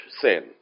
sin